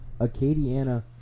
Acadiana